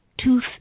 tooth